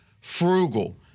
frugal